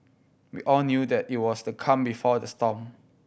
we all knew that it was the calm before the storm